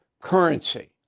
currency